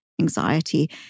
anxiety